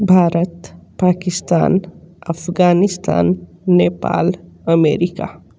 Bharat Pakistan Afghanistan Nepal America